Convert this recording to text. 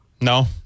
No